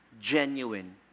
genuine